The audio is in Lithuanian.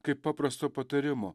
kaip paprasto patarimo